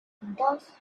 dos